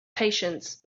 patience